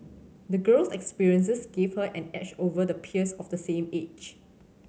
the girl's experiences gave her an edge over the peers of the same age